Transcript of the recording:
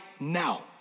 now